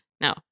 No